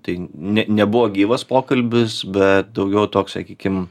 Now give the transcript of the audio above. tai ne nebuvo gyvas pokalbis bet daugiau toks sakykim